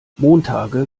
montage